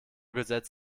gesetz